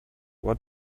what